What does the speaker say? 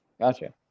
Gotcha